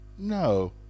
No